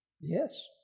Yes